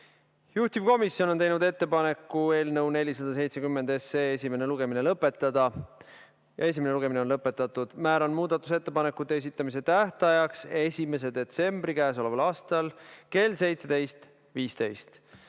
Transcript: Juhtivkomisjon on teinud ettepaneku eelnõu 470 esimene lugemine lõpetada. Esimene lugemine on lõpetatud. Määran muudatusettepanekute esitamise tähtajaks 1. detsembri kell 17.15.